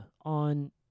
on